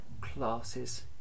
classes